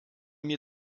mir